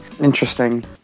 Interesting